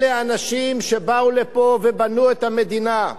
אלה האנשים שבאו לפה ובנו את המדינה.